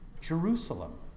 Jerusalem